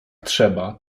trzeba